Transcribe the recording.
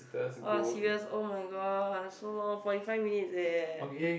oh serious oh-my-god so long forty five minutes eh